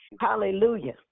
Hallelujah